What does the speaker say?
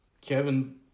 Kevin